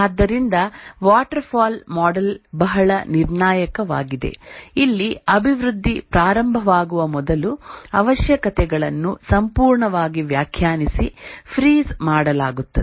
ಆದ್ದರಿಂದ waterfall model ಬಹಳ ನಿರ್ಣಾಯಕವಾಗಿದೆ ಇಲ್ಲಿ ಅಭಿವೃದ್ಧಿ ಪ್ರಾರಂಭವಾಗುವ ಮೊದಲು ಅವಶ್ಯಕತೆಗಳನ್ನು ಸಂಪೂರ್ಣವಾಗಿ ವ್ಯಾಖ್ಯಾನಿಸಿ ಫ್ರೀಜ್ ಮಾಡಲಾಗುತ್ತದೆ